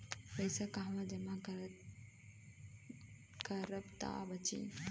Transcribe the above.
पैसा कहवा जमा करब त बची?